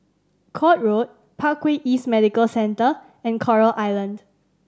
Court Road Parkway East Medical Centre and Coral Island